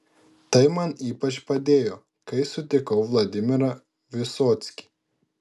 tai man ypač padėjo kai sutikau vladimirą vysockį